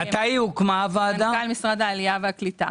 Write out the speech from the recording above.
ומנכ"ל משרד העלייה והקליטה.